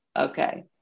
Okay